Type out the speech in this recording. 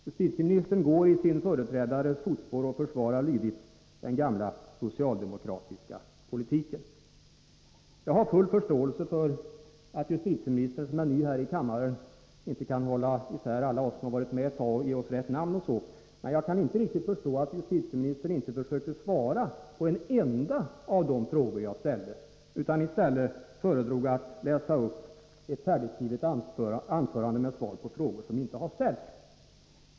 Justitieministern går i sin företrädares fotspår och försvarar lydigt den gamla Jag har full förståelse för att justitieministern, som är ny här i kammaren, inte kan hålla isär alla oss som har varit med ett tag och ge oss rätt namn, men jag kan inte förstå att justitieministern inte försöker svara på en enda av de frågor som jag ställde utan i stället föredrog att läsa upp ett färdigskrivet anförande med svar på frågor som inte har ställts.